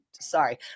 Sorry